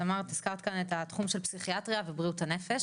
את אמרת ואת הזכרת כאן את התחום של פסיכיאטריה ובריאות הנפש,